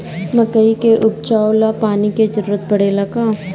मकई के उपजाव ला पानी के जरूरत परेला का?